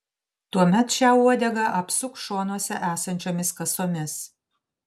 tuomet šią uodegą apsuk šonuose esančiomis kasomis